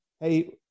hey